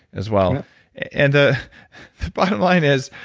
as well and the bottom line is,